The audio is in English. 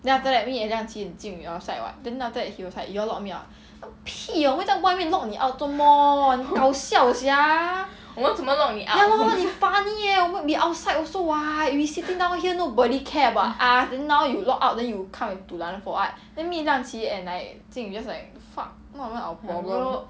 then after that me and liang qi and jing yu outside [what] then after that he was like you all lock me out 个屁 ah 我们在外面 lock 你 out 做么你搞笑 sia ya lor 你 funny eh 我们 we outside also [what] we sitting down here nobody care about us then now you locked out then you come and dulan us for what then me and liang qi and like jing yu just like fuck not even our problem